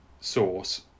source